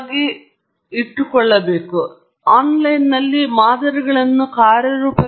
ಆದ್ದರಿಂದ ಶಬ್ದದ ಮಟ್ಟವನ್ನು ನಾನು ಸರಿಹೊಂದಿಸಿದೆ ಅಂದರೆ ಶಬ್ದ ಅನುಪಾತಕ್ಕೆ ಸಂಕೇತವು 100 ಮತ್ತು ಇದರ ಕೋಡ್ಗಳು ನನ್ನ ವೆಬ್ಸೈಟ್ನಲ್ಲಿ ಲಭ್ಯವಿದೆ